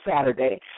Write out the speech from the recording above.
Saturday